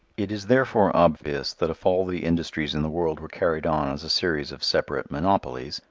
it is therefore obvious that if all the industries in the world were carried on as a series of separate monopolies,